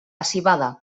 civada